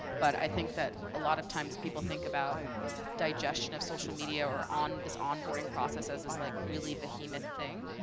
but i think that, a lot of times, people think about digestion of social media or this onboarding process as this like really behemoth thing.